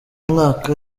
mwaka